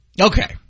Okay